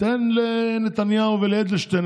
תן לנתניהו ולאדלשטיין,